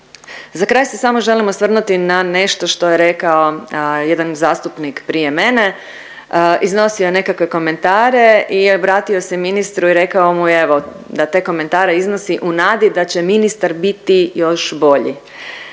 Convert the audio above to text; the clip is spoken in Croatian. Za kraj se samo želim osvrnuti na nešto što je rekao jedan zastupnik prije mene. Iznosio je nekakve komentare i vratio se ministru i rekao mu, evo, da te komentare iznosi u nadi da će ministar biti još bolji.